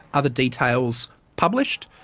other details published,